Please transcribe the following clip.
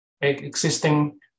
existing